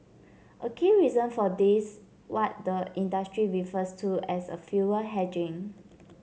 a key reason for this what the industry refers to as a fuel hedging